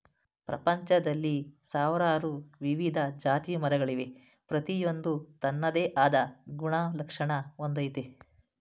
ಪ್ರಪಂಚ್ದಲ್ಲಿ ಸಾವ್ರಾರು ವಿವಿಧ ಜಾತಿಮರಗಳವೆ ಪ್ರತಿಯೊಂದೂ ತನ್ನದೇ ಆದ್ ಗುಣಲಕ್ಷಣ ಹೊಂದಯ್ತೆ